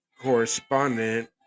correspondent